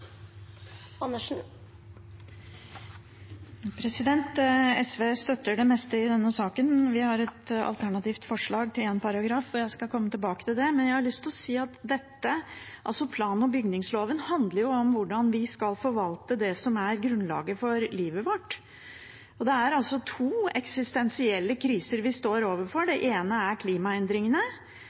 SV støtter det meste i denne saken, men vi har et alternativt forslag til en paragraf, og jeg skal komme tilbake til det. Jeg har lyst til å si at plan- og bygningsloven handler om hvordan vi skal forvalte det som er grunnlaget for livet vårt. Det er to eksistensielle kriser vi står overfor. Den ene er klimaendringene,